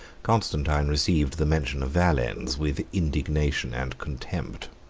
constantine received the mention of valens with indignation and contempt.